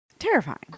terrifying